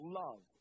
love